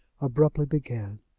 abruptly began.